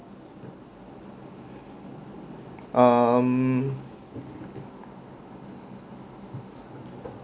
um